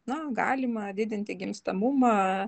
na galima didinti gimstamumą